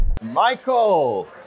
Michael